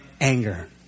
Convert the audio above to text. anger